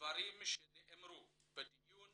דברים שנאמרו בדיון